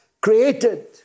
created